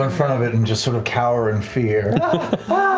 um front of it and just sort of cower in fear.